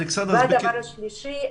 הדבר השלישי,